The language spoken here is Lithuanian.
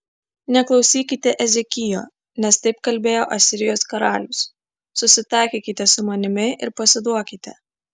neklausykite ezekijo nes taip kalbėjo asirijos karalius susitaikykite su manimi ir pasiduokite